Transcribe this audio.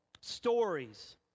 stories